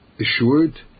assured